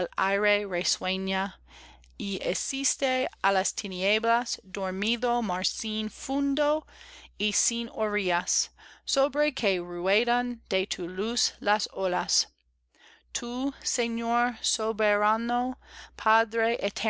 hiciste á las tinieblas dormido mar sin fondo y sin orillas sobre que ruedan de tu luz las olas tú señor